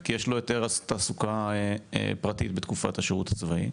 כי יש לו היתר תעסוקה פרטי בתקופת השירות הצבאי?